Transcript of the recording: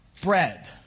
bread